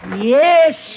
Yes